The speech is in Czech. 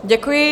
Děkuji.